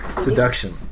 Seduction